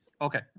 Okay